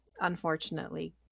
unfortunately